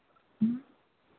हाँ